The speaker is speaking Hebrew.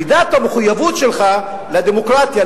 מידת המחויבות שלך לדמוקרטיה,